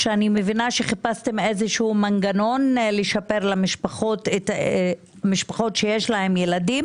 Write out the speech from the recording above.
שאני מבינה שחיפשתם מנגנון כלשהו לשפר משפחות שיש להם ילדים